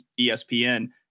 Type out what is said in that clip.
ESPN